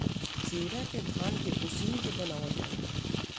चिवड़ा के धान के उसिन के बनावल जाला